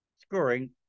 scoring